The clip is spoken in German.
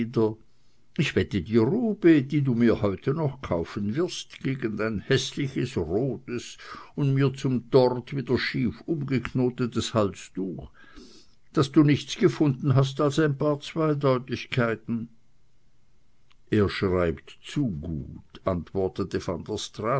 ich wette die robe die du mir heute noch kaufen wirst gegen dein häßliches rotes und mir zum tort wieder schief